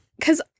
cause